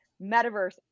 metaverse